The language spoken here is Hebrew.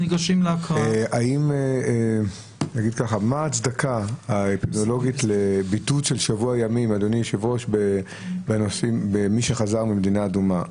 מה ההצדקה האפידמיולוגית לבידוד של שבוע ימים במי שחזר ממדינה אדומה?